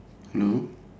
no